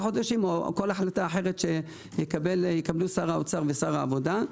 חודשים או כל החלטה אחרת שיקבלו שר האוצר ושר העבודה.